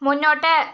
മുന്നോട്ട്